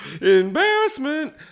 embarrassment